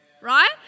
Right